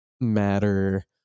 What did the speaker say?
matter